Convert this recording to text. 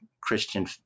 Christian